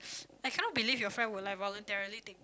I cannot believe your friend would like voluntarily take